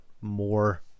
more